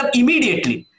immediately